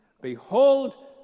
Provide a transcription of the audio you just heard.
Behold